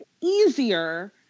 easier